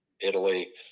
Italy